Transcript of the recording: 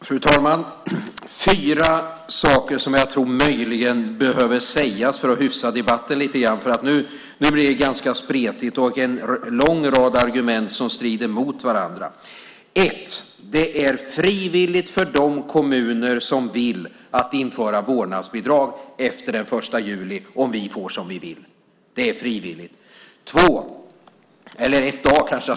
Fru talman! Det är fyra saker som möjligen behöver sägas för att hyfsa debatten lite grann, för nu blir det ganska spretigt med en lång rad argument som strider mot varandra. För det första är det frivilligt att införa vårdnadsbidrag för de kommuner som vill efter den 1 juli om vi får som vi vill.